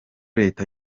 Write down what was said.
leta